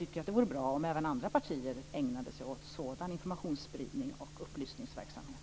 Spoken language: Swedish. Det vore bra om även andra partier ägnade sig åt sådan informationsspridning och upplysningsverksamhet.